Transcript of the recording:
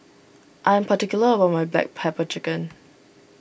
I am particular about my Black Pepper Chicken